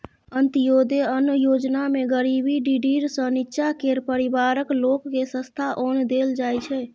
अंत्योदय अन्न योजनामे गरीबी डिडीर सँ नीच्चाँ केर परिबारक लोककेँ सस्ता ओन देल जाइ छै